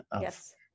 Yes